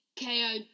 KO